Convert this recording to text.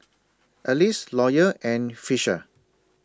Alys Lawyer and Fisher